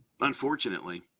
unfortunately